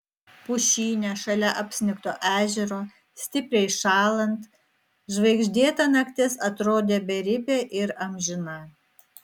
pušyne šalia apsnigto ežero stipriai šąlant žvaigždėta naktis atrodė beribė ir amžina